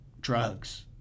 drugs